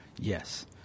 Yes